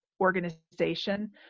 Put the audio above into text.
organization